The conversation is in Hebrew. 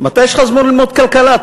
מתי יש לך זמן ללמוד כלכלה?